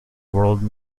world